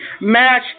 match